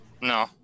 No